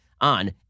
on